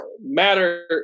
matter